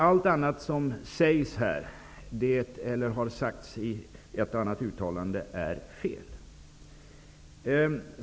Allt annat som sägs här eller som har sagts i ett eller annat uttalande är fel.